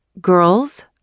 Girls